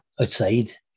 outside